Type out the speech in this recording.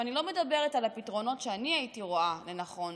אני לא מדברת על הפתרונות שאני הייתי רואה לנכון,